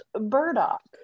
Burdock